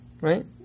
Right